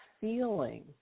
feeling